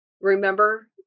Remember